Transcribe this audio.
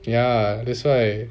ya that's why